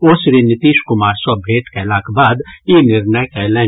ओ श्री नीतीश कुमार सॅ भेंट कयलाक बाद ई निर्णय कयलनि